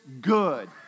good